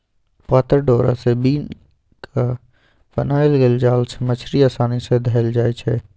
पातर डोरा से बिन क बनाएल गेल जाल से मछड़ी असानी से धएल जाइ छै